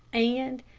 and,